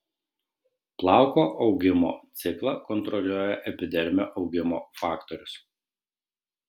plauko augimo ciklą kontroliuoja epidermio augimo faktorius